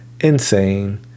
Insane